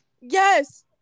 Yes